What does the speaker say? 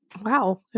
wow